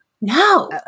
No